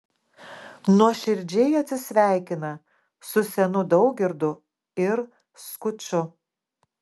nuoširdžiai atsisveikina su senu daugirdu ir skuču